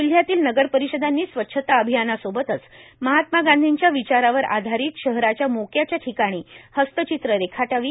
जिल्हयातील नगरपरिषदांनी स्वच्छता अभियानासोबतच महात्मा गांधींच्या विचारावर आधारित शहराच्या मोक्याच्या ठिकाणी हस्तचित्र रेखाटावे